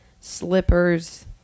slippers